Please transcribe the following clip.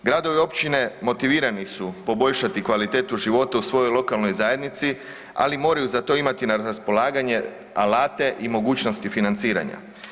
Gradovi i općine motivirani su poboljšati kvalitetu život u svojoj lokalnoj zajednici, ali moraju za to imati na raspolaganju alate i mogućnosti financiranja.